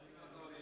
כבוד